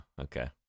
Okay